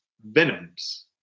venoms